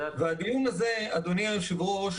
הדיון הזה אדוני היושב-ראש,